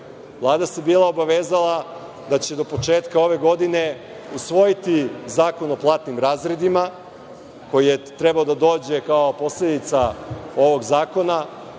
Vlada se bila obavezala da će do početka ove godine usvojiti zakon o platnim razredima, koji je trebao da dođe kao posledica ovog zakona. Ono